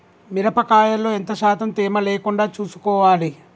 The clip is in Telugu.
మిరప కాయల్లో ఎంత శాతం తేమ లేకుండా చూసుకోవాలి?